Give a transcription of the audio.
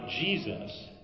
Jesus